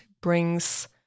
brings